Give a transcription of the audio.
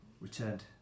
returned